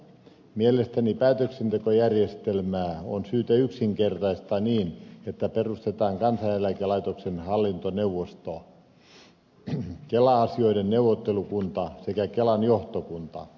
mielestäni päätöksentekojärjestelmää on syytä yksinkertaistaa niin että perustetaan kansaneläkelaitoksen hallintoneuvosto kela asioiden neuvottelukunta sekä kelan johtokunta